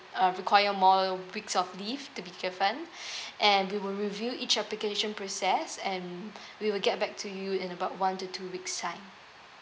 uh require more weeks of leave to be given and we will review each application process and we will get back to you in about one to two weeks' time